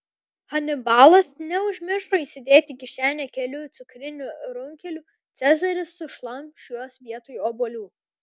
hanibalas neužmiršo įsidėti į kišenę kelių cukrinių runkelių cezaris sušlamš juos vietoj obuolių